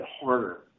harder